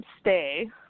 stay